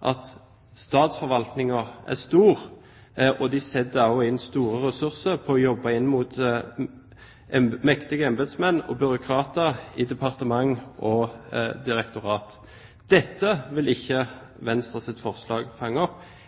at statsforvaltningen er stor, og de setter inn store ressurser på å jobbe inn mot mektige embetsmenn og byråkrater i departementer og direktorater. Dette vil ikke Venstres forslag fange opp.